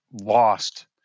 lost